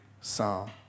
psalm